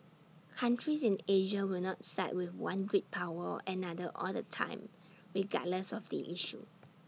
countries in Asia will not side with one great power or another all the time regardless of the issue